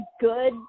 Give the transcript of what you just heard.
good